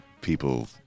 people